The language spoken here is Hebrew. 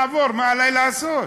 שקל.